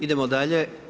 Idemo dalje.